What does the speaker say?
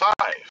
Five